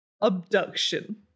abduction